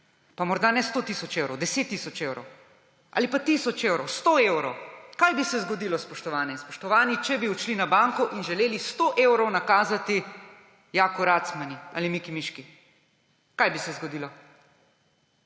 pa morda ne 100 tisoč evrov, 10 tisoč evrov ali pa tisoč evrov, sto evrov. Kaj bi se zgodilo, spoštovane in spoštovani, če bi odšli na banko in želeli 100 evrov nakazati Jaki Racmanu ali Miki Miški? Kaj bi se zgodilo?